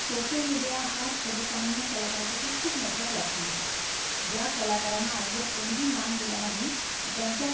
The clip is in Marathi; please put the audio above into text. सोशल मीडिया हा सर्वसामान्य कलाकारासाठी खूप मोठा प्लॅटफॉर्म आहे ज्या कलाकारांना आजवर कोणीही मान दिला नाही त्यांच्या